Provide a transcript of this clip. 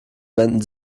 wenden